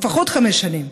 לפחות חמש שנים.